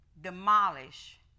demolish